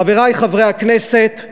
חברי חברי הכנסת,